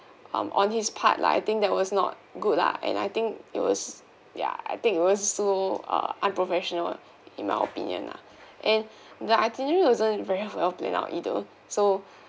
um on his part lah I think that was not good lah and I think it was ya I think it was so uh unprofessional in my opinion ah and the itinerary wasn't very well planned out either so